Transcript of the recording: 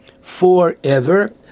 forever